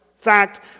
fact